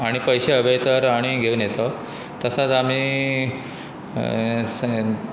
आनी पयशे हवे तर आनी घेवन येतता तसोच आमी